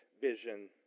vision